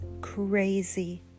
crazy